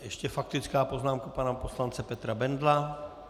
Ještě faktická poznámka pana poslance Petra Bendla.